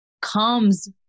comes